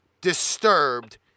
disturbed